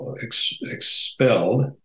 expelled